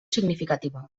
significativa